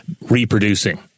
reproducing